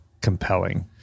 compelling